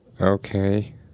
Okay